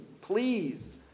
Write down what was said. please